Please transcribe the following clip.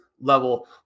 level